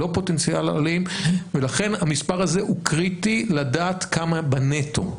לא פוטנציאל עולים ולכן המספר הזה הוא קריטי לדעת כמה בנטו.